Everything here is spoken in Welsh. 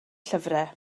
llyfrau